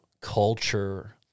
culture